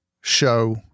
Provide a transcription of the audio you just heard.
show